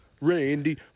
Randy